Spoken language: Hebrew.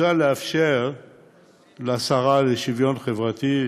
מוצע לאפשר לשרה לשוויון חברתי,